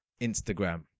Instagram